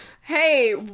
Hey